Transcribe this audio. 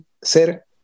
ser